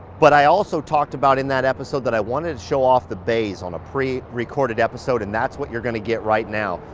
but i also talked about in that episode that i wanted to show off the bays on a pre-recorded episode and that's what you're gonna get right now.